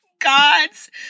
God's